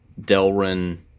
Delrin